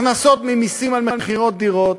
הכנסות ממסים על מכירות דירות,